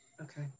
okay